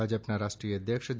ભાજપનાં રાષ્ટ્રીય અધ્યક્ષ જે